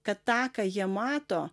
kad tą ką jie mato